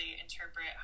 interpret